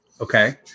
Okay